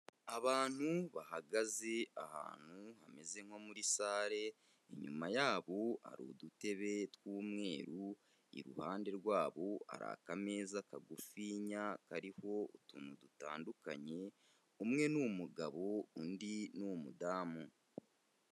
Abantu bahagaze ahantu hameze nko muri sale, inyuma yabo hari udutebe tw'umweru, iruhande rwabo arika ameza kagufinya kariho utuntu dutandukanye, umwe ni umugabo undi ni umudamu.